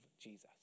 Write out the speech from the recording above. Jesus